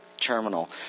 terminal